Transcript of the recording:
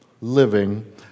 living